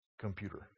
computer